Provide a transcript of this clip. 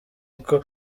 uko